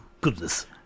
goodness